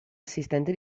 assistente